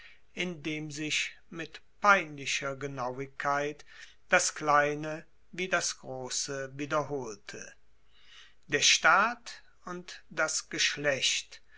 in dem sich mit peinlicher genauigkeit das kleine wie das grosse wiederholte der staat und das geschlecht